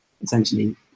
essentially